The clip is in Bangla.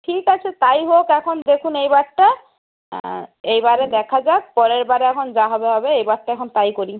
ঠিক আছে তাই হোক এখন দেখুন এইবারটা এইবারে দেখা যাক পরের বারে এখন যা হবে হবে এইবারটা এখন তাই করি